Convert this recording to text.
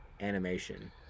animation